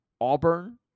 Auburn